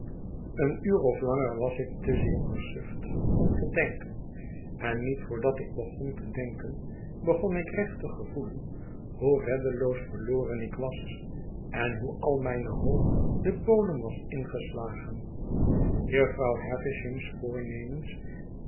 een uur of langer was ik te zeer versuft om te denken en niet voordat ik begon te denken begon ik recht te gevoelen hoe reddeloos verloren ik was en hoe al mijne hoop de bodem was ingeslagen jufvrouw havisham's voornemens